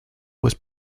was